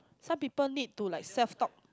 some people need to like self talk